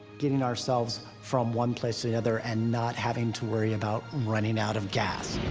getting ourselves from one place to the other and not having to worry about running out of gas.